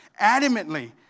adamantly